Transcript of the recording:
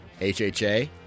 HHA